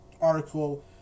article